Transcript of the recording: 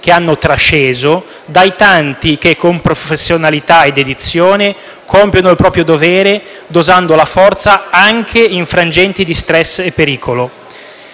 che hanno trasceso dai tanti che, con professionalità e dedizione, compiono il proprio dovere dosando la forza anche in frangenti di stress e pericolo.